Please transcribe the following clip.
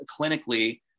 clinically